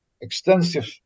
extensive